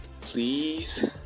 please